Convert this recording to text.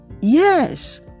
Yes